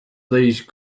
these